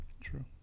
True